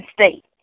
State